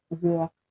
walk